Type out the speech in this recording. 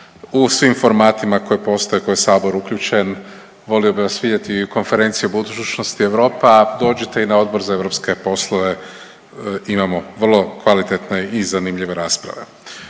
u svim formatima koje postoje, u koje je sabor uključen, volio bih vas vidjeti i u Konferenciji o budućnosti Europa, dođite i na Odbor za europske poslove, imamo vrlo kvalitetne i zanimljive rasprave.